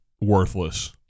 worthless